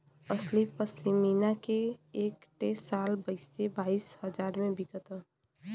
असली पश्मीना के एक ठे शाल बाईस बाईस हजार मे बिकत हौ